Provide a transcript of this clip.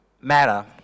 matter